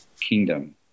kingdom